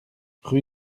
rue